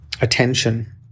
attention